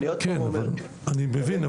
אני מבין,